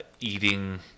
eating